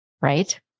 right